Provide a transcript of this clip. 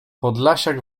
podlasiak